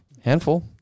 Handful